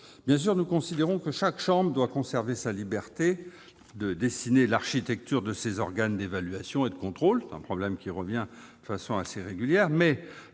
l'enfance. Nous considérons que chaque chambre doit conserver sa liberté de dessiner l'architecture de ses organes d'évaluation et de contrôle. C'est une question qui revient de façon assez régulière, mais